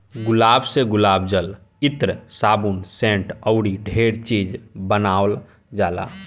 गुलाब से गुलाब जल, इत्र, साबुन, सेंट अऊरो ढेरे चीज बानावल जाला